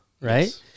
right